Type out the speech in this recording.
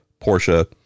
Porsche